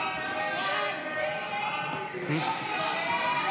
הסתייגות 1937 לא נתקבלה.